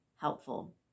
helpful